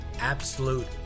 absolute